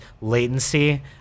latency